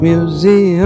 Museum